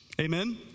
Amen